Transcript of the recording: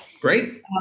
great